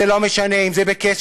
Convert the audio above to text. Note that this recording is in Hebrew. זה לא משנה אם זה בכסף,